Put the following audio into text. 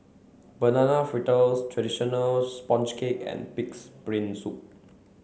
Banana Fritters Traditional Sponge Cake and Pig's Brain Soup